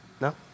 No